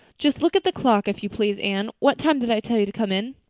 just look at the clock, if you please, anne. what time did i tell you to come in?